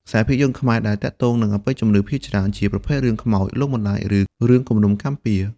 ខ្សែភាពយន្តខ្មែរដែលទាក់ទងនឹងអបិយជំនឿភាគច្រើនជាប្រភេទរឿងខ្មោច លងបន្លាច ឬរឿងគំនុំកម្មពៀរ។